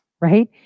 right